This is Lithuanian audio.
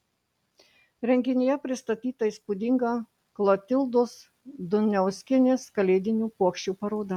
renginyje pristatyta įspūdinga klotildos duniauskienės kalėdinių puokščių paroda